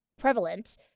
Prevalent